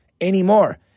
anymore